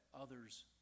others